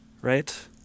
right